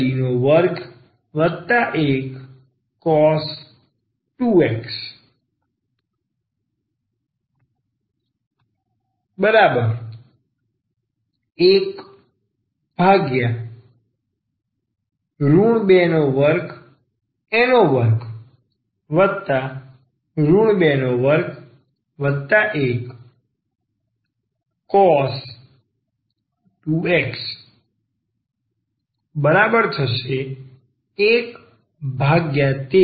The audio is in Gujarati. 121cos 2x 113cos 2x